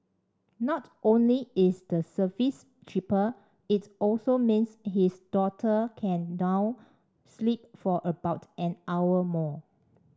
not only is the service cheaper it also means his daughter can now sleep for about an hour more